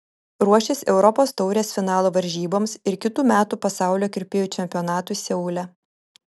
ruošis europos taurės finalo varžyboms ir kitų metų pasaulio kirpėjų čempionatui seule